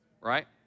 right